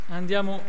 andiamo